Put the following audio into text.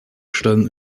stellen